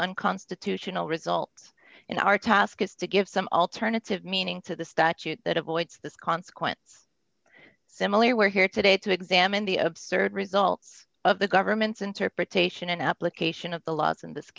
unconstitutional result in our tosk is to give some alternative meaning to the statute that avoids this consequence similar we're here today to examine the absurd results of the government's interpretation and application of the laws in this